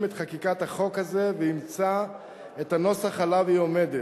את חקיקת החוק הזה ואימצה את הנוסח שעליו היא עומדת,